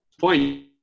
point